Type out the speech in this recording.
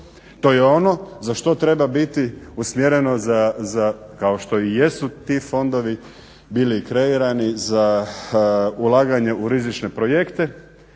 To je ono za što treba biti usmjereno za, kao što i jesu ti fondovi bili kreirani, za ulaganje u rizične projekte